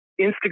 Instagram